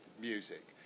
music